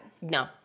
No